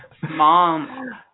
Mom